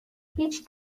هیچ